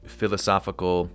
philosophical